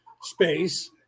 Space